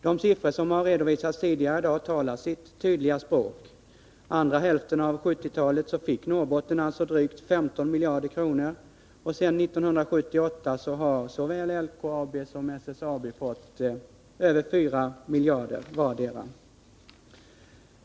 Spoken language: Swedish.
De siffror som redovisats tidigare i dag talar sitt tydliga språk. Under andra hälften av 1970-talet fick alltså Norrbotten drygt 15 miljarder kronor, och sedan 1978 har såväl LKAB som SSAB fått över 4 miljarder kronor vartdera.